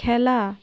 খেলা